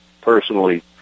personally